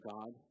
God